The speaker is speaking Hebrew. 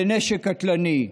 לנשק קטלני.